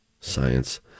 Science